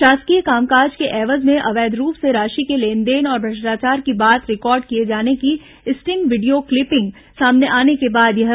शासकीय कामकाज के एवज में अवैध रूप से राशि के लेनदेन और भ्रष्टाचार की बात रिकॉर्ड किए जाने की स्टिंग वीडियो क्लीपिंग सामने आने के बाद यह कार्रवाई की गई है